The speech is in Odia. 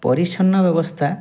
ପରିଚ୍ଛନ୍ନ ବ୍ୟବସ୍ଥା